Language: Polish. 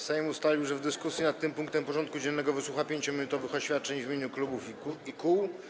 Sejm ustalił, że w dyskusji nad tym punktem porządku dziennego wysłucha 5-minutowych oświadczeń w imieniu klubów i kół.